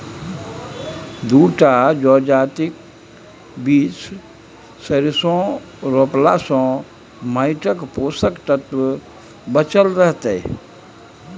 दू टा जजातिक बीच सरिसों रोपलासँ माटिक पोषक तत्व बचल रहतै